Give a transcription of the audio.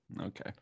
Okay